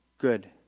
Good